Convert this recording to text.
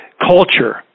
culture